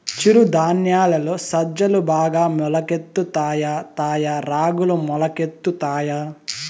చిరు ధాన్యాలలో సజ్జలు బాగా మొలకెత్తుతాయా తాయా రాగులు మొలకెత్తుతాయా